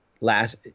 last